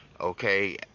Okay